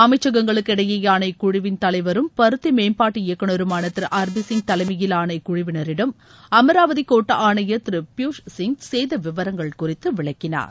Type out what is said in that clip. அமைச்சகங்களுக்கு இடையேயான இக்குழுவின் தலைவரும் பருத்தி மேம்பாட்டு இயக்குநருமான திரு ஆர் பி சிங் தலைமயிலான இக்குழுவினரிடம் அமராவதி கோட்ட ஆணையர் திரு பியூஷ் சிங் சேத விவரங்கள் குறித்து விளக்கினார்